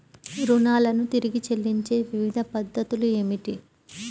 రుణాలను తిరిగి చెల్లించే వివిధ పద్ధతులు ఏమిటి?